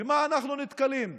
במה אנחנו נתקלים,